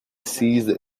seized